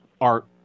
art